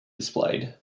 displayed